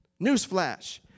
Newsflash